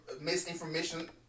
misinformation